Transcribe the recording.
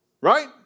right